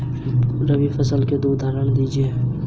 गैर बैंकिंग वित्तीय सेवा गतिविधियाँ क्या हैं?